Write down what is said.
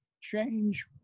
change